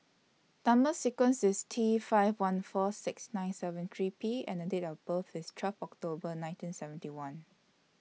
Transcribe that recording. Number sequence IS T five one four six nine seven three P and The Date of birth IS twelve October nineteen seventy one